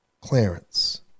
Clarence